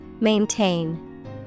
Maintain